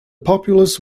populace